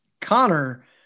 Connor